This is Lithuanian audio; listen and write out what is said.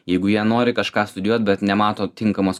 jeigu jie nori kažką studijuot bet nemato tinkamos